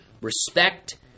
respect